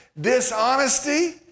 Dishonesty